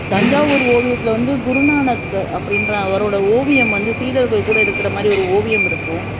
தஞ்சாவூர் ஓவியத்தில் வந்து குருநானக்கு அப்படின்ற அவரோடய ஓவியம் வந்து சீடர்கள் கூட இருக்கிற மாதிரி ஒரு ஓவியம் இருக்கும்